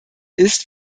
ist